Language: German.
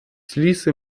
schließe